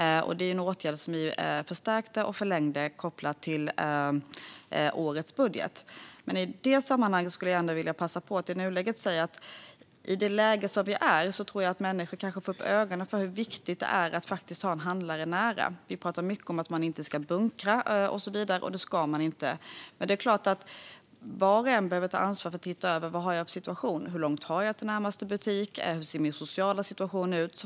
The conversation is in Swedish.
Det är en åtgärd som vi har förstärkt och förlängt kopplat till årets budget. I detta sammanhang skulle jag vilja passa på att säga att i det läge som vi nu befinner oss tror jag att människor kanske har fått upp ögonen för hur viktigt det är att faktiskt ha en handlare nära. Vi talar mycket om att man inte ska bunkra och så vidare, och det ska man inte göra. Men det är klart att var och en behöver ta ansvar för att se över vilken situation man har. Hur långt har jag till närmaste butik? Hur ser min sociala situation ut?